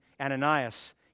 Ananias